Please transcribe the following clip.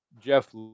Jeff